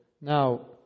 Now